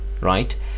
right